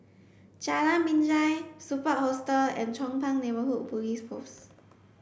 Jalan Binjai Superb Hostel and Chong Pang Neighbourhood Police Post